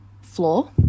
floor